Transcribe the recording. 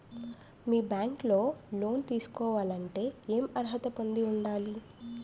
మీ bank లో loan తీసుకోవాలంటే ఎం అర్హత పొంది ఉండాలి?